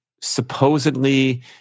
supposedly